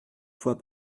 fois